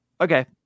Okay